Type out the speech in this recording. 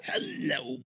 Hello